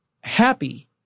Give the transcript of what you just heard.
happy